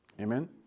Amen